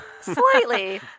Slightly